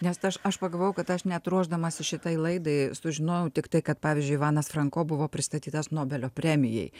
nes aš aš pagalvojau kad aš net ruošdamasi šitai laidai sužinojau tik tai kad pavyzdžiui ivanas franko buvo pristatytas nobelio premijai